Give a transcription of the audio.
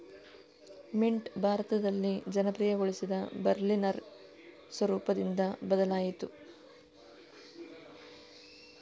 mint ಭಾರತದಲ್ಲಿ ಜನಪ್ರಿಯಗೊಳಿಸಿದ Berliner ಸ್ವರೂಪದಿಂದ ಬದಲಾಯಿತು